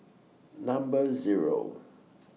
Number Zero